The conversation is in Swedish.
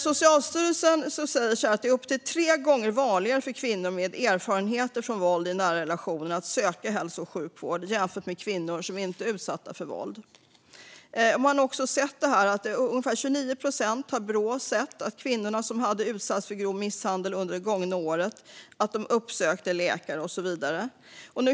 Socialstyrelsen säger att det är upp till tre gånger vanligare för kvinnor med erfarenhet av våld i nära relationer att söka hälso och sjukvård än det är för kvinnor som inte är utsatta för våld. Brå har också sett att ungefär 29 procent av de kvinnor som under det gångna året hade utsatts för grov misshandel uppsökte läkare och så vidare.